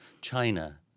China